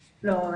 לא.